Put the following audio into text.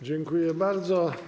Dziękuję bardzo.